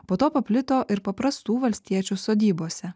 po to paplito ir paprastų valstiečių sodybose